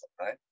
right